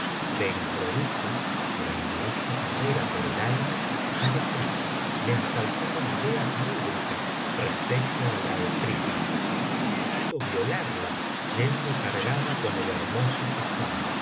de improviso durante esta carrera por el aire al efrit le asaltaron ideas lúbricas respecto á la efrita y quiso violarla yendo cargada con el hermoso hassán